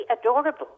adorable